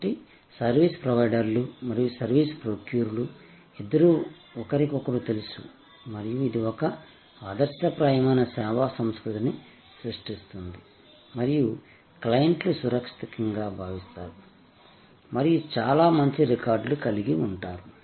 కాబట్టి సర్వీస్ ప్రొవైడర్లు మరియు సర్వీస్ ప్రొక్యూర్లు ఇద్దరూ ఒకరికొకరు తెలుసు మరియు ఇది ఒక ఆదర్శప్రాయమైన సేవా సంస్కృతిని సృష్టిస్తుంది మరియు క్లయింట్లు సురక్షితంగా భావిస్తారు మరియు చాలా మంచి రికార్డులు కలిగి ఉంటారు